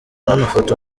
n’amafoto